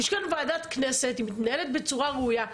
יש כאן ועדת כנסת, היא מתנהלת בצורה ראויה.